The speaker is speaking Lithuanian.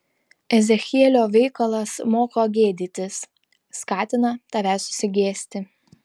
ezechielio veikalas moko gėdytis skatina tave susigėsti